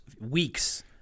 weeks